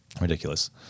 Ridiculous